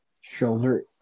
shoulder